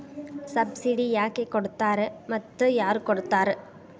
Subsidy ಯಾಕೆ ಕೊಡ್ತಾರ ಮತ್ತು ಯಾರ್ ಕೊಡ್ತಾರ್?